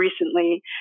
recently